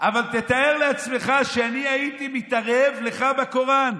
אבל תאר לעצמך שאני הייתי מתערב לך בקוראן.